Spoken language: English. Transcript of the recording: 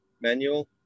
manual